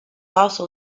also